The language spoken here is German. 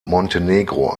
montenegro